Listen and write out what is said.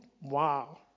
Wow